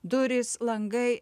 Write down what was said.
durys langai